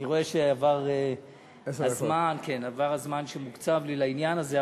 אני רואה שעבר הזמן שמוקצב לי לעניין הזה,